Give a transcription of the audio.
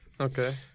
Okay